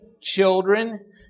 children